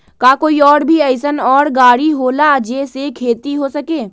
का कोई और भी अइसन और गाड़ी होला जे से खेती हो सके?